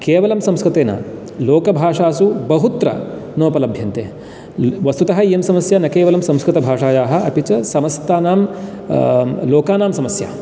केवलं संस्कृते न लोकभाषासु बहुत्र नोपलभ्यन्ते वस्तुतः इयं समस्या न केवलं संस्कृतभाषायाः अपि च समस्तानां लोकानां समस्या